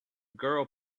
girl